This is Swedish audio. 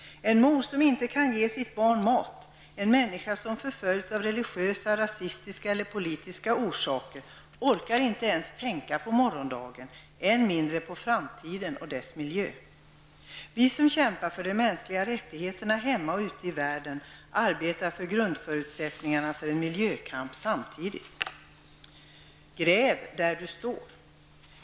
En mor som inte kan ge sitt barn mat, en människa som förföljs av religiösa, rasistiska eller politiska orsaker, orkar inte ens tänka på morgondagen, än mindre på framtiden och dess miljö. Vi som kämpar för de mänskliga rättigheterna hemma och ute i världen arbetar samtidigt för grundförutsättningarna för en miljökamp. Gräv där du står.